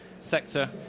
sector